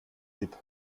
dip